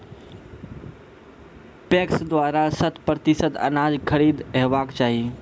PACS द्वारा शत प्रतिसत अनाज खरीद हेवाक चाही?